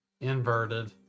Inverted